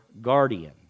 guardian